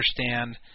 understand